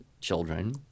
children